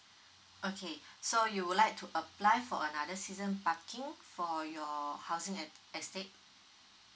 okay so you would like to apply for another season parking for your housing et~ estate